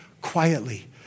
quietly